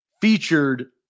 featured